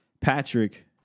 Patrick